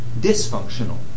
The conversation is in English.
dysfunctional